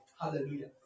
Hallelujah